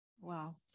Wow